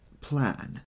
plan